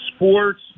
Sports